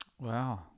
Wow